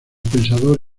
pensador